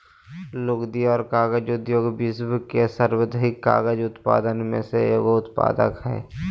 लुगदी और कागज उद्योग विश्व के सर्वाधिक कागज उत्पादक में से एगो उत्पाद हइ